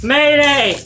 Mayday